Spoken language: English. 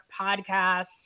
podcasts